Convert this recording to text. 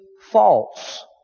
false